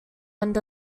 end